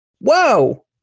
whoa